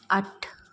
ਅੱਠ